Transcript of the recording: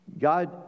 God